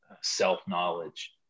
self-knowledge